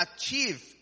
achieve